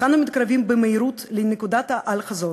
אך אנו מתקרבים במהירות לנקודת האל-חזור,